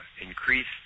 increased